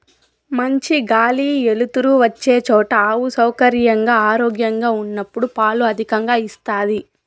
మంచి గాలి ఎలుతురు వచ్చే చోట ఆవు సౌకర్యంగా, ఆరోగ్యంగా ఉన్నప్పుడు పాలు అధికంగా ఇస్తాది